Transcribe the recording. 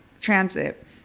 transit